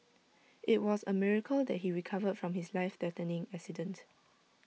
IT was A miracle that he recovered from his life threatening accident